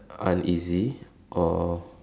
uneasy or